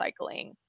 recycling